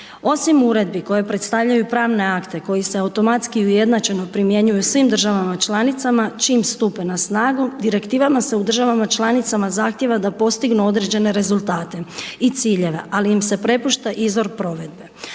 Osim uredbi koje predstavljaju pravne akte koji se automatski i ujednačeno primjenjuju u svim državama članicama čim stupe na snagu Direktivama se u državama članica zahtjeva da postignu određene rezultate i ciljeve, ali im se prepušta izvor provedbe.